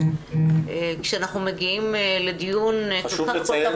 כשאנחנו מגיעים לדיון --- חשוב לציין